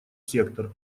сектор